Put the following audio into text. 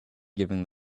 giving